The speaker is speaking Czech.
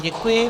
Děkuji.